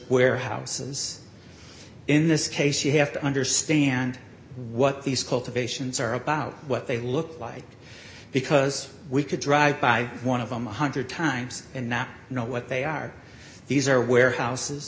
warehouses in this case you have to understand what these cultivations are about what they look like because we could drive by one of them one hundred times and not know what they are these are warehouses